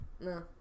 No